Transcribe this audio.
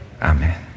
Amen